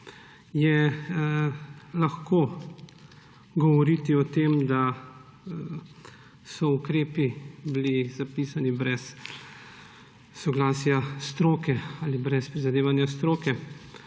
je lahko govoriti o tem, da so ukrepi bili zapisani brez soglasja stroke ali brez prizadevanja stroke.